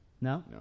No